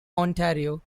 ontario